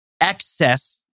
excess